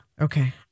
Okay